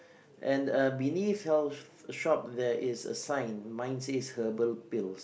and uh beneath health shop there is a sign mine says herbal pills